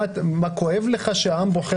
האם כואב לך שהעם בוחר?